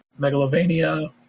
Megalovania